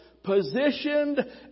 positioned